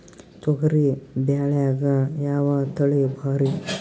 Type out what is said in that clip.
ತೊಗರಿ ಬ್ಯಾಳ್ಯಾಗ ಯಾವ ತಳಿ ಭಾರಿ?